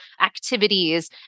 activities